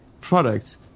products